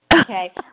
Okay